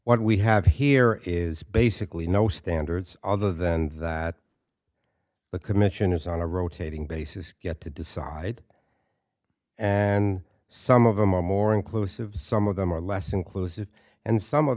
what we have here is basically no standards other than that the commissioners on a rotating basis get to decide and some of them are more inclusive some of them are less inclusive and some of